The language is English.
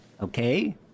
Okay